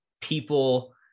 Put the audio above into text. people